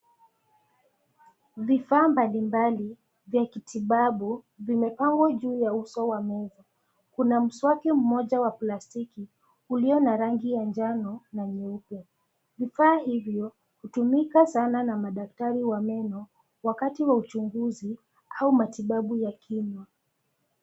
Vifaa mbalimbali vya kitibabu vimepangwa juu ya uso wa mungu. Kuna mswaki mmoja wa plastiki uliona rangi ya njano na nyeupe. Vifa hivyo hutumika sana na madaktari wa meno wakati wa uchunguzi au matibabu ya kinywa.